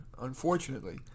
unfortunately